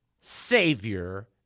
Savior